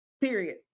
period